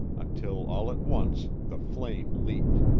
until, all at once, the flame leaped.